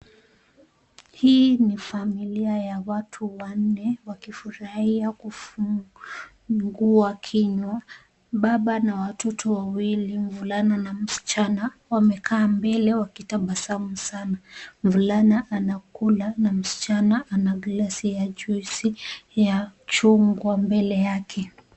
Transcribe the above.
Hii ni familia ya watu wanne wakifurahia kufungua kinywa. Baba na watoto wawili mvulana na msichana wamekaa mbele wakitabasamu sana. Mvulana anakula na msichana ana glasi ya juisi ya chungwa mbele yake.